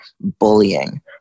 bullying